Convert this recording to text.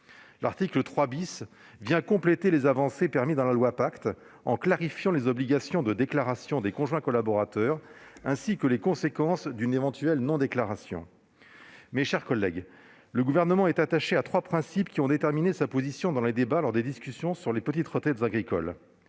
L'article 3 vient compléter les avancées de la loi Pacte, en clarifiant les obligations de déclaration des conjoints collaborateurs, ainsi que les conséquences d'une éventuelle non-déclaration. Mes chers collègues, le Gouvernement est attaché à trois principes qui ont déterminé sa position dans les débats sur les petites retraites agricoles